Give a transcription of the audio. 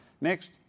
Next